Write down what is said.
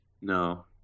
No